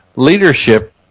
Leadership